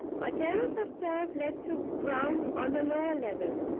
a terrace of turf led to ground on a lower level,